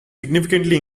significantly